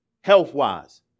health-wise